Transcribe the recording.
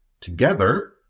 together